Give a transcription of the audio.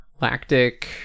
lactic